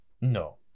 no